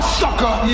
sucker